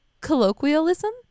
colloquialism